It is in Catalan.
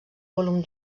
volum